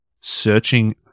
searching